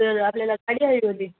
तर आपल्याला गाडी हवी होती